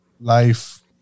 life